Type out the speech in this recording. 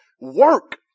Work